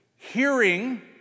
hearing